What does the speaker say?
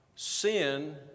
Sin